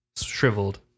shriveled